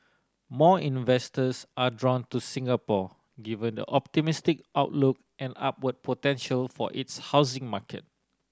more investors are drawn to Singapore given the optimistic outlook and upward potential for its housing market